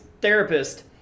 therapist